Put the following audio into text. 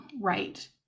right